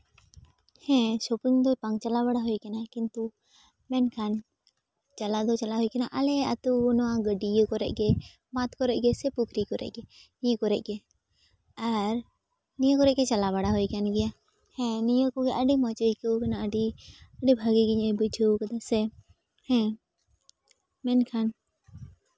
ᱦᱮᱸ ᱥᱚᱯᱤᱝ ᱫᱚ ᱵᱟᱝ ᱪᱟᱞᱟᱣ ᱵᱟᱲᱟ ᱦᱩᱭ ᱠᱟᱱᱟ ᱠᱤᱱᱛᱩ ᱢᱮᱱᱠᱷᱟᱱ ᱪᱟᱞᱟᱣ ᱫᱚ ᱪᱟᱞᱟᱣ ᱦᱩᱭ ᱠᱟᱱᱟ ᱟᱞᱮ ᱟᱛᱳ ᱱᱚᱣᱟ ᱜᱟᱹᱰᱭᱟᱹ ᱠᱚᱨᱮ ᱜᱮ ᱵᱟᱸᱫᱽ ᱠᱚᱨᱮᱜ ᱜᱮᱥᱮ ᱯᱩᱠᱷᱨᱤ ᱠᱚᱨᱮ ᱜᱮ ᱱᱤᱭᱟᱹ ᱠᱚᱨᱮ ᱜᱮ ᱟᱨ ᱱᱤᱭᱟᱹ ᱠᱚᱨᱮ ᱜᱮ ᱪᱟᱞᱟᱣ ᱵᱟᱲᱟ ᱦᱩᱭ ᱠᱟᱱ ᱜᱮᱭᱟ ᱦᱮᱸ ᱱᱤᱭᱟᱹ ᱠᱚᱜᱮ ᱟᱹᱰᱤ ᱢᱚᱡᱽᱜᱮ ᱟᱹᱭᱠᱟᱹᱣ ᱠᱟᱱᱟ ᱟᱹᱰᱤ ᱟᱹᱰᱤ ᱵᱷᱟᱹᱜᱮ ᱜᱮᱧ ᱵᱩᱡᱷᱟᱹᱣ ᱠᱟᱫᱟ ᱥᱮ ᱦᱮᱸ ᱢᱮᱱᱠᱷᱟᱱ